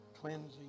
cleansing